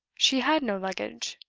she had no luggage.